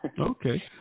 okay